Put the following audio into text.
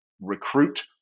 recruit